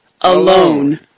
alone